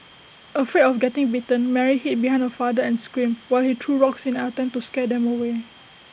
afraid of getting bitten Mary hid behind her father and screamed while he threw rocks in an attempt to scare them away